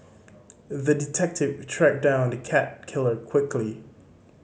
the detective tracked down the cat killer quickly